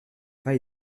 pas